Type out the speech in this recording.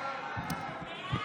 הסמל והמנון המדינה (תיקון,